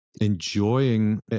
enjoying